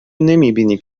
نمیبینی